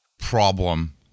problem